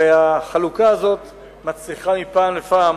והחלוקה הזאת מצריכה מפעם לפעם